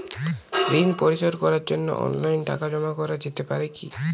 ঋন পরিশোধ করার জন্য অনলাইন টাকা জমা করা যেতে পারে কি?